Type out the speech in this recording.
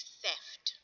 theft